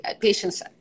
patients